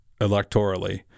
electorally